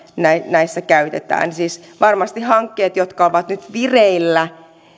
näissä käytetään siis varmasti hankkeet jotka ovat nyt vireillä